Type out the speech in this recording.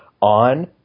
on